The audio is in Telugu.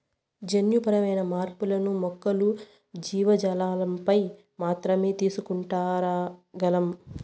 జన్యుపరమైన మార్పులను మొక్కలు, జీవజాలంపైన మాత్రమే తీసుకురాగలం